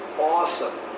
awesome